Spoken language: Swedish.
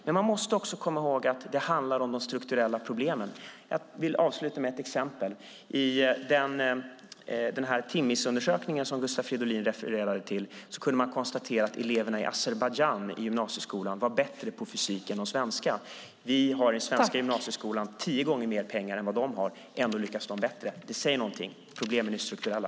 Men man måste också komma ihåg att det handlar om de strukturella problemen. Jag vill avsluta med ett exempel. I den Timss-undersökning som Gustav Fridolin refererade till kunde man konstatera att gymnasieeleverna i Azerbajdzjan var bättre på fysik än de svenska. Vi har i den svenska gymnasieskolan tio gånger mer pengar än vad de har. Ändå lyckas de bättre. Det säger någonting. Problemen är strukturella.